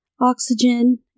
Oxygen